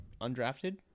undrafted